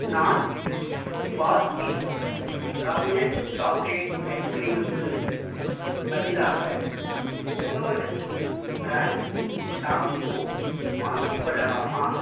நான் Baskin Robbins chocolate ஐஸ்க்ரீமுக்கு பதிலாக இன்னொரு ப்ராண்ட் ஷாம்பூ வாங்கிக் கொள்ளலாமா